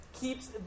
keeps